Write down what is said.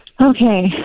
Okay